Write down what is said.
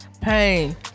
Pain